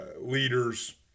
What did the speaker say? leaders